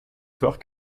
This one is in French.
fort